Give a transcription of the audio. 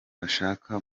ashaka